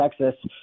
Texas